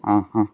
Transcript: ആ അ